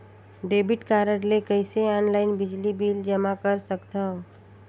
Debit card ले कइसे online बिजली बिल जमा कर सकथव?